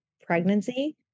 pregnancy